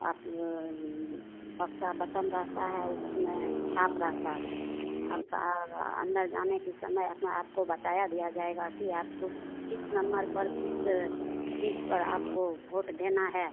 आप बक्सा बटन रहता है उसमें छाप रहता है आपका अन्दर जाने के समय अपना आपको बता दिया जाएगा कि आपको किस नम्बर पर किस चीज़ पर आपको वोट देना है